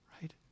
right